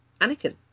Anakin